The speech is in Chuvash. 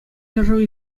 ҫӗршыв